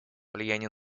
влияния